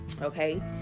okay